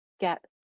get